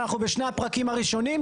ואנחנו בשני הפרקים הראשונים,